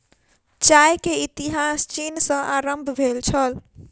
चाय के इतिहास चीन सॅ आरम्भ भेल छल